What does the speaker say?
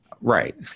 Right